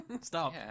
Stop